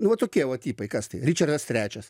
nu va tokie va tipai kas tai ričardas trečias